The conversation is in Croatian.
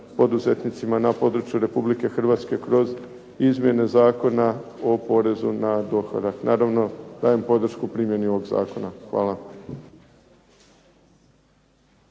poduzetnicima na području Republike Hrvatske kroz izmjene Zakona o porezu na dohodak. Naravno, dajem podršku primjeni ovog zakona. Hvala.